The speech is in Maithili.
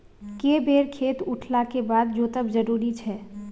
के बेर खेत उठला के बाद जोतब जरूरी छै?